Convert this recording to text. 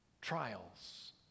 Trials